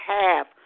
half